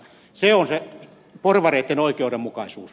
se on se porvareitten oikeudenmukaisuus